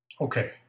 Okay